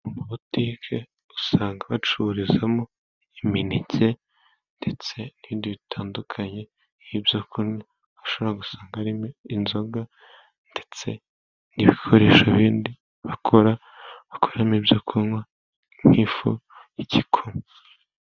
Amabutike usanga bacururizamo imineke ndetse n'ibindi bitandukanye, nk'ibyo kunywa ashobora gusangamo inzoga ndetse n'ibikoresho ibindi bakora bakoramo ngibyo kunywa nk'ifu y'igikoma.